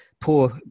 poor